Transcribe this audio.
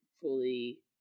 fully